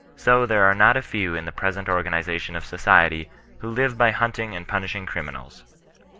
so there are not a few in the present organizi tion of society who live by hunting and punishing cri minals.